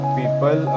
people